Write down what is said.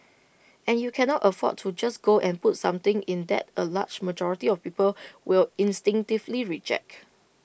and you cannot afford to just go and put something in that A large majority of people will instinctively reject